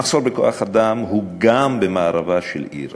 המחסור בכוח-אדם הוא גם במערבה של העיר,